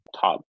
top